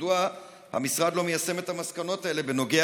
מדוע המשרד לא מיישם את המסקנות האלה בנוגע